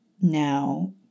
now